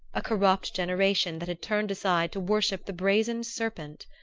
a corrupt generation that had turned aside to worship the brazen serpent.